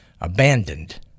abandoned